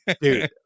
dude